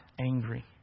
angry